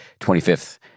25th